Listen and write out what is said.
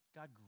God